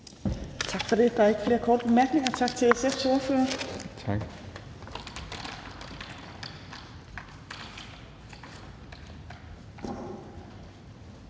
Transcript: Tak for det. Der er ikke flere korte bemærkninger. Tak til SF's ordfører. Den